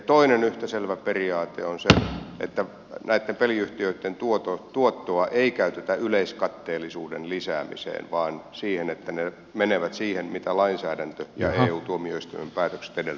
toinen yhtä selvä periaate on se että näitten peliyhtiöitten tuottoa ei käytetä yleiskatteellisuuden lisäämiseen vaan siihen että ne menevät siihen mitä lainsäädäntö ja eu tuomioistuimen päätökset edellyttävät